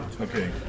Okay